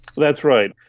that's right,